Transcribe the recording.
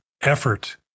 effort